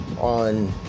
on